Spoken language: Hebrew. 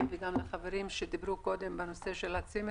לוי וגם של החברים שדיברו קודם על הצימרים,